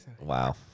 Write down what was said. Wow